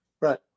Right